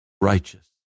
righteous